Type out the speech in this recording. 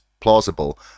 plausible